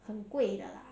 很贵的啦